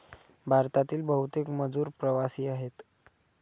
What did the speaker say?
भारतातील बहुतेक मजूर प्रवासी आहेत